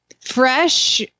fresh